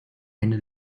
eine